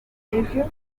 behaviour